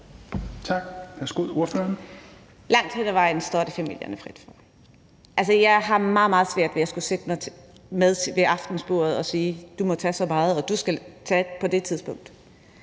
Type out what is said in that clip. Langt hen ad vejen står det familierne frit for. Jeg har meget, meget svært ved at skulle sætte mig ved aftensbordet og sige: Du må tage så meget barsel, og du skal tage det på det tidspunkt.